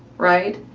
right?